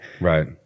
right